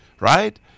right